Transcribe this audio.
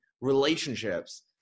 relationships